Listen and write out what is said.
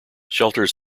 shelters